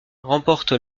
remporte